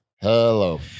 Hello